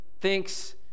thinks